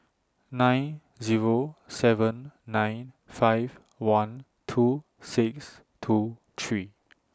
nine Zero seven nine five one two six two three